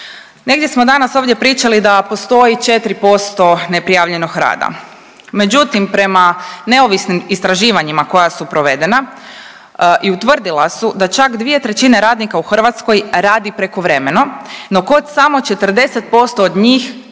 Negdje smo danas ovdje pričali da postoji 4% neprijavljenog rada, međutim, prema neovisnim istraživanjima koja su provedena i utvrdila su da čak 2/3 radnika u Hrvatskoj radi prekovremeno, no kod samo 40% od njih